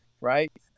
right